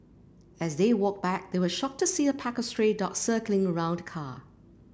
as they walked back they were shocked to see a pack of stray dogs circling around the car